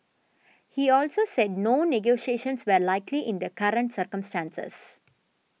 he also said no negotiations were likely in the current circumstances